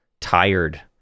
tired